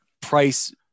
price